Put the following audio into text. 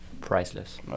Priceless